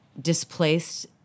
displaced